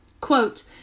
Quote